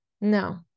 no